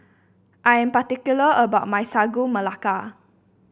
I am particular about my Sagu Melaka